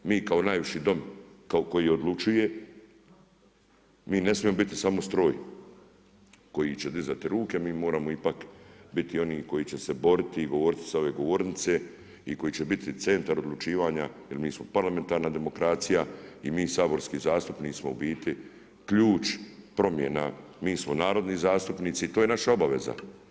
Mi kao najviši dom koji odlučuje, mi ne smijemo biti samo stroj koji će dizati ruke, mi moramo biti pak oni koji će se boriti i govoriti sa ove govornice i koji će biti centar odlučivanja, jer mi smo parlamentarna demokracija i mi saborski zastupnici smo u biti ključ promjena, mi smo narodni zastupnici i to je naša obaveza.